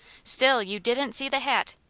still, you didn't see the hat!